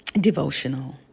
devotional